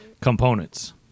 components